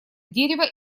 дерево